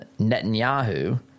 Netanyahu